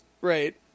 Right